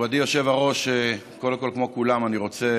נכבדי היושב-ראש, קודם כול, כמו כולם אני רוצה